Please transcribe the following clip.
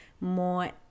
more